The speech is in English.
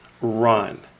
Run